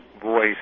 Voice